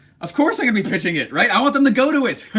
of course i could be pitching it, right? i want them to go to it,